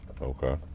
Okay